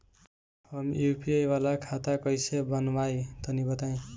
हम यू.पी.आई वाला खाता कइसे बनवाई तनि बताई?